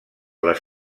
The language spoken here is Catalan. les